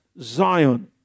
zion